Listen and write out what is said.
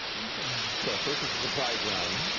like i mean so first it's a surprise round,